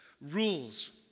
rules